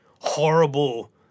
horrible